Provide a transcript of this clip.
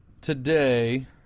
today